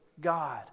God